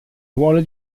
ruolo